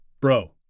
Bro